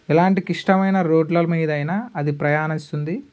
ఎలాంటి క్లిష్టమైన రోడ్ల మీదైనా అది ప్రయాణిస్తుంది